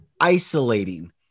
isolating